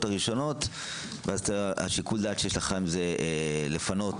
הראשונות ואז שיקול הדעת שיש לך זה לפנות,